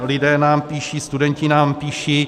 Lidé nám píší, studenti nám píší.